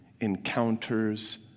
encounters